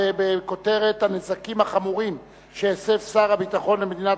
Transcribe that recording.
בכותרת: הנזקים החמורים שהסב שר הביטחון למדינת